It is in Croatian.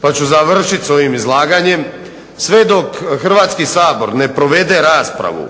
pa ću završiti sa ovim izlaganjem, sve dok Hrvatski sabor ne provede raspravu